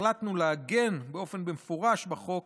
החלטנו לעגן באופן מפורש בחוק